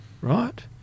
right